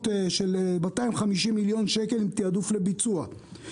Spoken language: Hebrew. של 250 מיליון שקל עם תעדוף לביצוע.